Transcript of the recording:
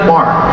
Mark